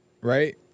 right